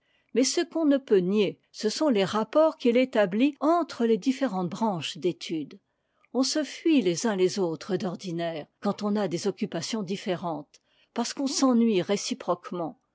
mais ce qu'on ne peut nier ce sont les rapports qu'il établit entre les différentes branches d'étude on se fuit les uns les autres d'ordinaire quand on a des occupations différentes parce qu'on s'ennuie réciproquement